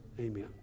Amen